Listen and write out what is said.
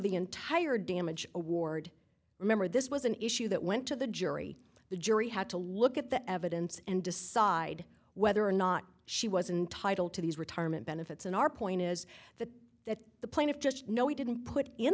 the entire damage award remember this was an issue that went to the jury the jury had to look at the evidence and decide whether or not she was entitle to these retirement benefits in our point is that that the plaintiff just no he didn't put in